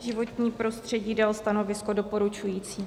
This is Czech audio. Životní prostředí dalo stanovisko doporučující.